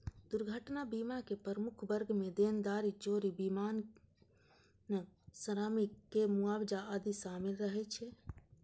दुर्घटना बीमाक प्रमुख वर्ग मे देनदारी, चोरी, विमानन, श्रमिक के मुआवजा आदि शामिल रहै छै